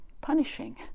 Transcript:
punishing